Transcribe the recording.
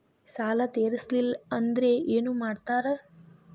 ಸಾಲ ತೇರಿಸಲಿಲ್ಲ ಅಂದ್ರೆ ಏನು ಮಾಡ್ತಾರಾ?